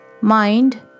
mind